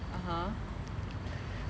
(uh huh)